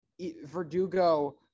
Verdugo